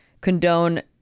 condone